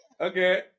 okay